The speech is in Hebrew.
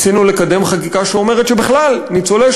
ניסינו לקדם חקיקה שאומרת שבכלל ניצולי